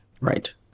Right